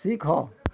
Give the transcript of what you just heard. ଶିଖ